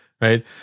Right